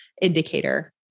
indicator